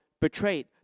betrayed